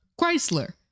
Chrysler